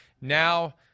now